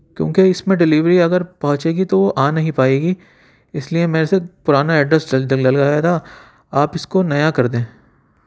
کیونکہ اس میں ڈیلیوری اگر پہنچے گی تو وہ آ نہیں پائے گی اس لئے میرے سے پرانا ایڈرس ڈل ڈل گیا تھا آپ اس کو نیا کر دیں